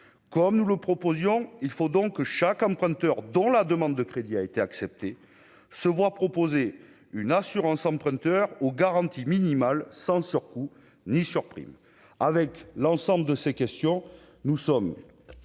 comme nous le proposions il faut donc que chaque emprunteur dont la demande de crédit a été acceptée, se voit proposer une assurance emprunteur aux garanties minimales sans surcoût ni surprime avec l'ensemble de ces questions, nous sommes